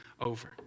over